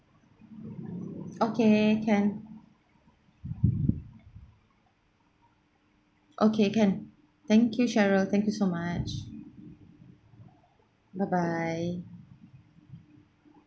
okay can okay can thank you cheryl thank you so much bye bye